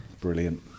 Brilliant